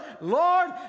Lord